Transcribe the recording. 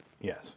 Yes